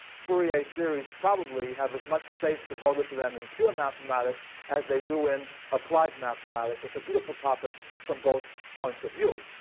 fourier series probably have as much space devoted to them in pure mathematics as they do in applied mathematics. it's a beautiful topic from both points of view.